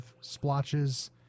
splotches